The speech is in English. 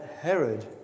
Herod